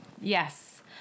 Yes